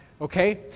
Okay